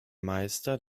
meister